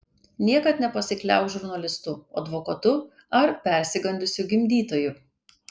niekad nepasikliauk žurnalistu advokatu ar persigandusiu gimdytoju